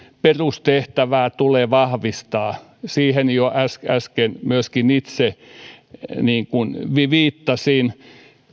perustehtävää tulee vahvistaa siihen jo äsken äsken myöskin itse viittasin